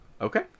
okay